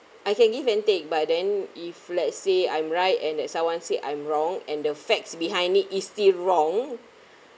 I can give and take but then if let's say I'm right and that someone say I'm wrong and the facts behind it is still wrong